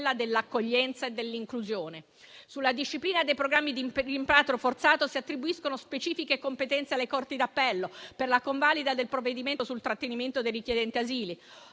dell'accoglienza e dell'inclusione. Sulla disciplina dei programmi di rimpatrio forzato si attribuiscono specifiche competenze alle corti d'appello per la convalida del provvedimento sul trattenimento dei richiedenti asilo,